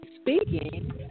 speaking